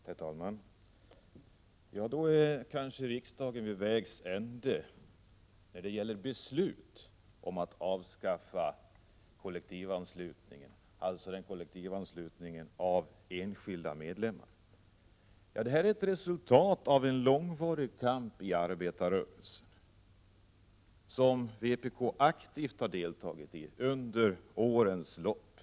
Herr talman! Riksdagen kanske nu är vid vägs ände när det gäller ett beslut om att avskaffa kollektivanslutningen, dvs. kollektivanslutningen av enskilda medlemmar. Detta är resultatet av en långvarig kamp inom arbetarrörelsen, som vpk aktivt har deltagit i under årens lopp.